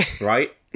right